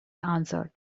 answered